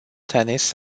tennis